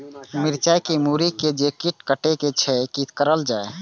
मिरचाय के मुरी के जे कीट कटे छे की करल जाय?